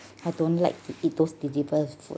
I don't like to eat those deliver food